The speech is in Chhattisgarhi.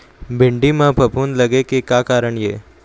भिंडी म फफूंद लगे के का कारण ये?